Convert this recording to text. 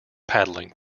paddling